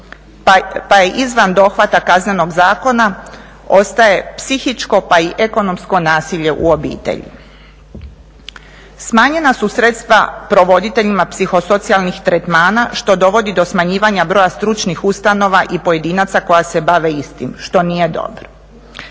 pa izvan dohvata Kaznenog zakona ostaje psihičko pa i ekonomsko nasilje u obitelji. Smanjena su sredstva provoditeljima psihosocijalnih tretmana što dovodi do smanjivanja broja stručnih ustanova i pojedinaca koja se bave istim što nije dobro.